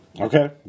Okay